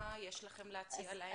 מה יש לכם להציע להם?